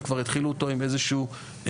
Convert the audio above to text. הם כבר יתחילו אותו עם איזושהי קרדיטציה.